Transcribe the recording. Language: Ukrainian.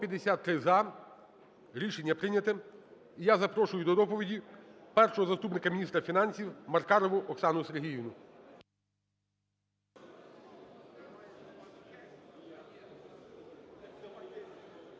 За-153 Рішення прийнято. І я запрошую до доповіді першого заступника міністра фінансів Маркарову Оксану Сергіївну.